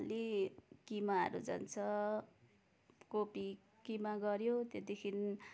खालि किमाहरू जान्छ कोपी किमा गऱ्यो त्यहाँदेखि